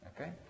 Okay